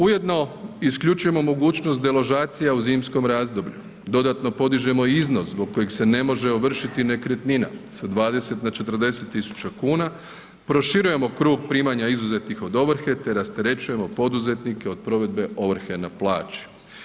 Ujedno isključujemo mogućnost deložacija u zimskom razdoblju, dodatno podižemo i iznos zbog kojeg se ne može ovršiti nekretnina, sa 20 na 40.000,00 kn, proširujemo krug primanja izuzetih od ovrhe, te rasterećujemo poduzetnike od provedbe ovrhe na plaći.